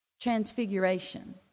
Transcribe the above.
Transfiguration